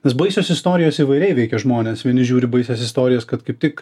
nes baisios istorijos įvairiai veikia žmones vieni žiūri baisias istorijas kad kaip tik